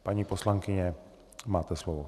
Paní poslankyně, máte slovo.